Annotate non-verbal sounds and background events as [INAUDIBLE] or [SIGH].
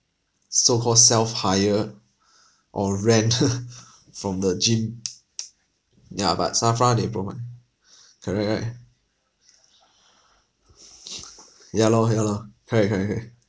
so called self hire or [LAUGHS] rent ah from the gym ya but SAFRA they provide correct correct ya lor ya lor correct correct correct